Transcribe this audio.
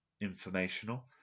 informational